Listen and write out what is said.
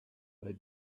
they